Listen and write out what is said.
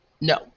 no